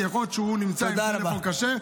כי יכול להיות שהוא נמצא עם טלפון כשר,